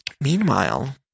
Meanwhile